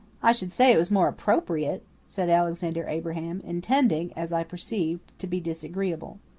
i should say it was more appropriate, said alexander abraham, intending, as i perceived, to be disagreeable.